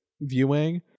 viewing